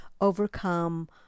overcome